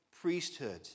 priesthood